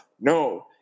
No